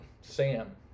Sam